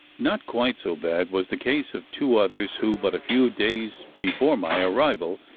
not quite so bad was the case of two others who, but a few days before my arrival,